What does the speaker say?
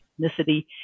ethnicity